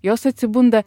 jos atsibunda